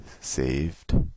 saved